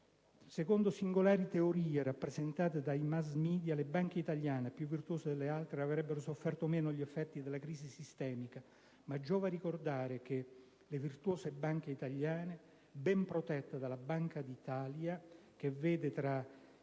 Secondo singolari teorie rappresentate dai *mass media*, le banche italiane, più virtuose delle altre, avrebbero sofferto meno gli effetti della crisi sistemica. Ma giova ricordare che le virtuose banche italiane, ben protette dalla Banca d'Italia, che vede tra